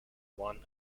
won